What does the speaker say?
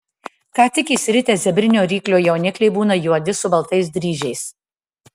ką tik išsiritę zebrinio ryklio jaunikliai būna juodi su baltais dryžiais